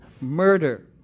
murder